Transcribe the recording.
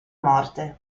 morte